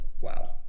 Wow